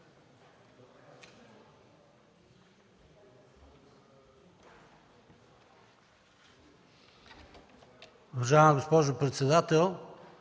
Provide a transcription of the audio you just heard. Уважаема госпожо председател,